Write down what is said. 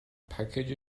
package